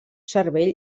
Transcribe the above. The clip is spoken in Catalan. cervell